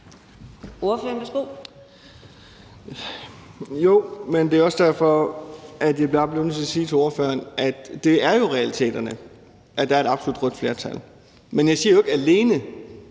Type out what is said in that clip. det er også derfor, jeg bare bliver nødt til at sige til ordføreren, at det jo er realiteterne, at der er et absolut rødt flertal. Men jeg siger jo ikke, at det